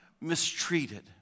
mistreated